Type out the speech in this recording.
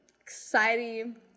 exciting